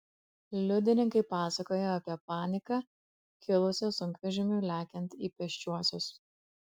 liudininkai pasakojo apie paniką kilusią sunkvežimiui lekiant į pėsčiuosius